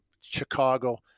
Chicago